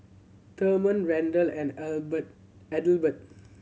Therman Randell and Adelbert